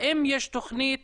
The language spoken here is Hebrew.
האם יש תכנית